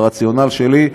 ברציונל שלי,